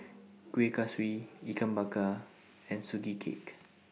Kueh Kaswi Ikan Bakar and Sugee Cake